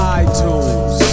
iTunes